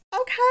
okay